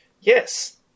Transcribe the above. Yes